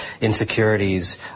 insecurities